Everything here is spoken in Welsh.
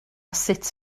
sut